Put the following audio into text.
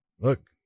look